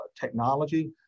technology